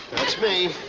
that's me.